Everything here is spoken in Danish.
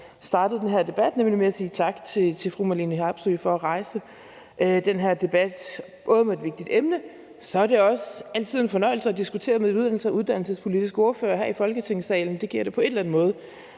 starte den her debat med at sige tak til fru Marlene Harpsøe for at rejse den her debat, både fordi det er et vigtigt emne, og fordi det også altid er en fornøjelse at diskutere med de uddannelsespolitiske ordførere her i Folketingssalen. Det giver da på en eller anden måde